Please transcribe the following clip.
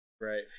Right